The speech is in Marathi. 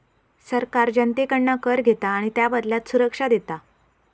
सरकार जनतेकडना कर घेता आणि त्याबदल्यात सुरक्षा देता